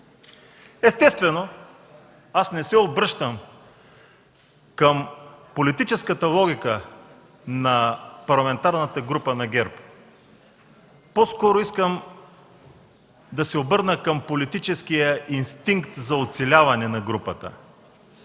Естествено аз не се обръщам към политическата логика на Парламентарната група на ГЕРБ. По-скоро искам да се обърна към политическия инстинкт за оцеляване на групата